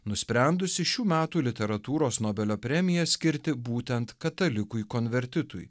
nusprendusi šių metų literatūros nobelio premiją skirti būtent katalikui konvertitui